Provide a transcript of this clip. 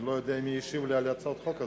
אני לא יודע מי ישיב לי על הצעת החוק הזאת.